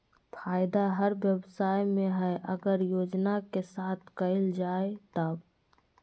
फायदा हर व्यवसाय में हइ अगर योजना के साथ कइल जाय तब